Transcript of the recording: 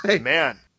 Man